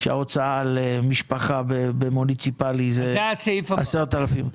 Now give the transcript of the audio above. כשההוצאה על משפחה במוניציפלי היא 10,000 ₪,